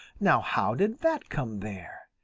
now how did that come there?